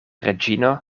reĝino